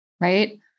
Right